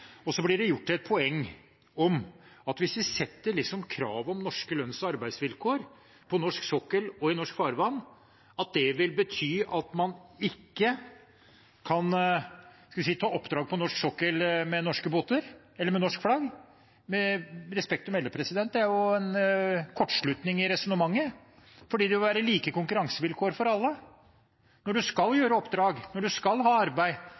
Så blir det gjort til et poeng at hvis vi stiller krav om norske lønns- og arbeidsvilkår på norsk sokkel og i norsk farvann, vil det bety at man ikke kan ta oppdrag på norsk sokkel med norske båter eller med norsk flagg. Med respekt å melde: Det er en kortslutning i resonnementet, fordi det vil være like konkurransevilkår for alle – når man skal gjøre oppdrag, når man skal ha arbeid